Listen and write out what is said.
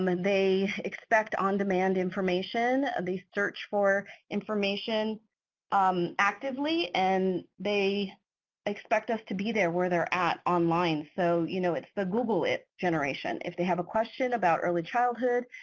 um and they expect on-demand information. and they search for information um actively and they expect us to be there where they're at online, so you know it's the google it generation. if they have a question about early childhood,